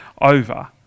over